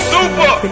Super